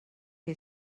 que